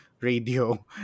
radio